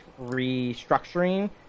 restructuring